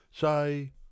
Say